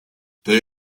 they